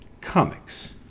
comics